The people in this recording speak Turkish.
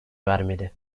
vermedi